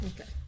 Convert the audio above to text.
okay